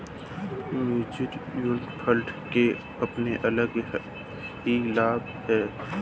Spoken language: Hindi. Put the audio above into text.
म्यूच्यूअल फण्ड के अपने अलग ही लाभ हैं